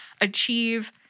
achieve